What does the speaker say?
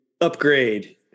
upgrade